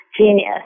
Genius